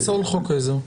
לפסול חוק עזר.